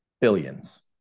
Billions